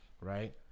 right